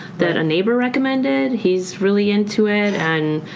that a neighbor recommended. he's really into it. and